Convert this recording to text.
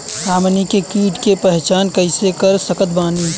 हमनी के कीट के पहचान कइसे कर सकत बानी?